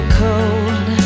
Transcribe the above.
cold